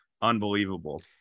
unbelievable